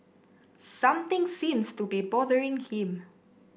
something seems to be bothering him